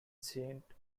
saint